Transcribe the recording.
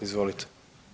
Izvolite.